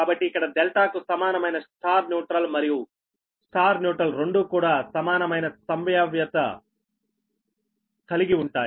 కాబట్టి ఇక్కడ ∆ కు సమానమైన Y న్యూట్రల్ మరియు Y న్యూట్రల్ రెండూ కూడా సమానమైన సంభావ్యత కలిగి ఉంటాయి